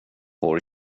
vår